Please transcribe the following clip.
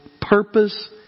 purpose